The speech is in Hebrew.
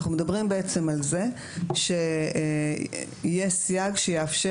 אנחנו מדברים על זה שיהיה סייג שיאפשר